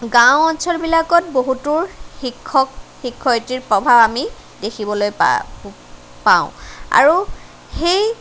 গাঁও অঞ্চলবিলাকত বহুতো শিক্ষক শিক্ষয়িত্ৰীৰ প্ৰভাৱ আমি দেখিবলৈ পা পাওঁ আৰু সেই